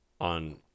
On